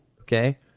okay